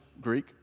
Greek